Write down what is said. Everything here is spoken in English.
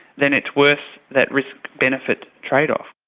then it's worth that risk benefit trade-off.